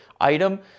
item